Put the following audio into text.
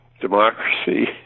democracy